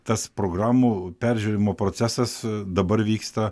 tas programų peržiūrėjimo procesas dabar vyksta